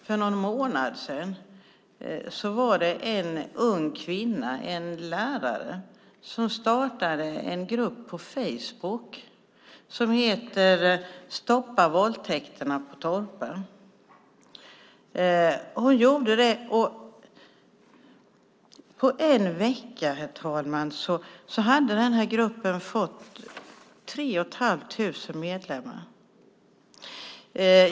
För någon månad sedan startade en ung kvinna, en lärare, en grupp på Facebook. Den heter Stoppa våldtäkterna på Torpa. På en vecka hade gruppen fått 3 500 medlemmar.